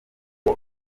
uwo